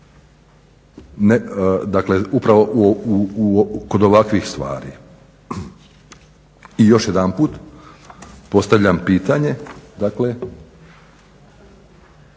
bitna, upravo kod ovakvih stvari. I još jedanput postavljam pitanje